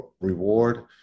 reward